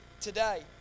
today